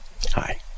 Hi